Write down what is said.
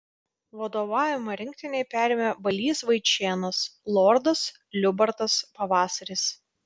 vadovavimą rinktinei perėmė balys vaičėnas lordas liubartas pavasaris